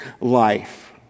life